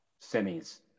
semis